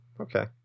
Okay